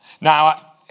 Now